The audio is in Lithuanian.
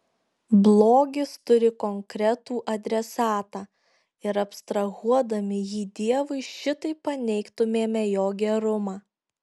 blogis turi konkretų adresatą ir abstrahuodami jį dievui šitaip paneigtumėme jo gerumą